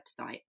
website